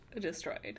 destroyed